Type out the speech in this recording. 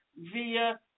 via